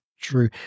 true